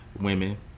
women